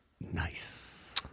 Nice